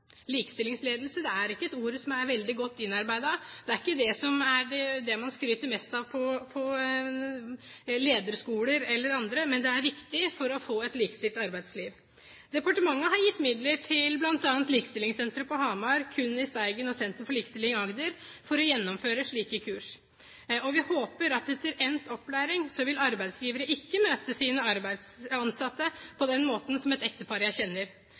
likestillingsledelse. «Likestillingsledelse» er ikke et ord som er veldig godt innarbeidet. Det er ikke det man skryter mest av på lederskoler eller andre steder, men det er viktig for å få et likestilt arbeidsliv. Departementet har gitt midler til bl.a. Likestillingssenteret på Hamar, Kun i Steigen og Senter for likestilling på Universitetet i Agder for å gjennomføre slike kurs. Vi håper at etter endt opplæring vil arbeidsgivere ikke møte sine ansatte på den måten som et ektepar jeg kjenner.